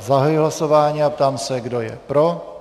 Zahajuji hlasování a ptám se, kdo je pro.